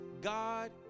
God